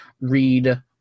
read